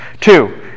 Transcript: Two